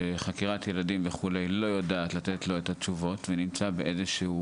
שחקירת ילדים וכו' לא יודעת לתת לו את התשובות והוא נמצא באיזשהו